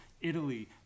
Italy